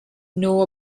know